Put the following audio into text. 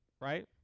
right